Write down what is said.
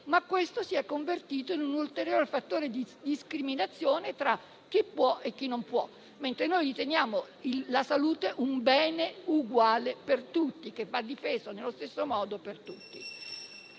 ma questo si è convertito in un ulteriore fattore di discriminazione tra chi può e chi non può, mentre noi riteniamo la salute un bene uguale per tutti, che va difeso nello stesso modo per tutti.